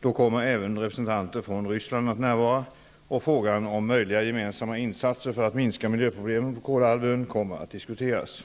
Då kommer även representanter från Ryssland att närvara, och frågan om möjliga gemensamma insatser för att minska miljöproblemen på Kolahalvön kommer att diskuteras.